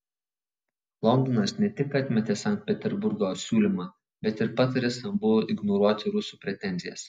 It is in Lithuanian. londonas ne tik atmetė sankt peterburgo siūlymą bet ir patarė stambului ignoruoti rusų pretenzijas